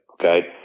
okay